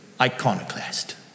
iconoclast